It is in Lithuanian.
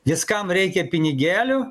viskam reikia pinigėlių